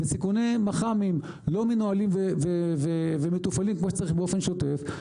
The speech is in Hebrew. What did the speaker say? וסיכומי מח"מים לא מנוהלים ומתופעלים כמו שצריך באופן שוטף,